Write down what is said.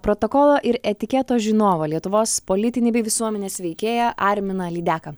protokolo ir etiketo žinovą lietuvos politinį bei visuomenės veikėją arminą lydeką